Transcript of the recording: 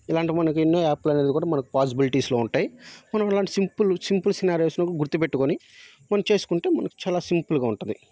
ఇలాంటి మనకి ఎన్నో యాప్ లనేది కూడా మనకి పాసిబిలిటీస్లో ఉంటయ్ మనం అలాంటి సింపుల్ సింపుల్ సినారియోస్ని గుర్తుపెట్టుకొని మనం చేసుకుంటే మనకు చాలా సింపుల్గా ఉంటది